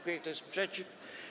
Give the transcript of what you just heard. Kto jest przeciw?